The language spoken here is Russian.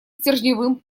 стержневым